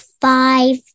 five